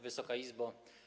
Wysoka Izbo!